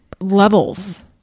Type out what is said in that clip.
levels